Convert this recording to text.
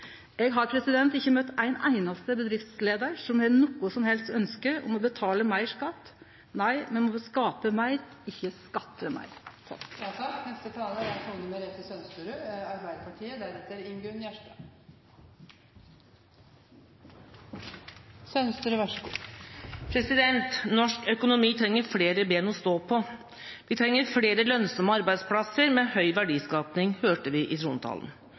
har ikkje møtt ein einaste bedriftsleiar som har noko som helst ønske om å betale meir skatt. Nei, me må skape meir, ikkje skatte meir. Norsk økonomi trenger flere ben å stå på. Vi trenger flere lønnsomme arbeidsplasser med høy verdiskaping, hørte vi i trontalen.